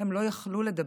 הם לא יכלו לדבר,